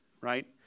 right